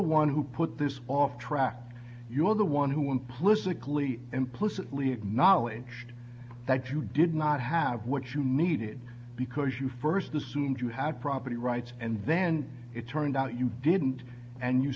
the one who put this off track you are the one who implicitly implicitly acknowledged that you did not have what you needed because you first assumed you had property rights and then it turned out you didn't and you